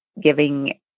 giving